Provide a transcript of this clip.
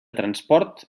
transport